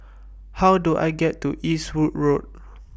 How Do I get to Eastwood Road